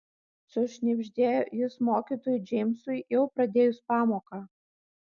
sušnibždėjo jis mokytojui džeimsui jau pradėjus pamoką